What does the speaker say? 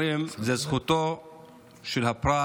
אומרים: זו זכותו של הפרט